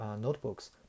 notebooks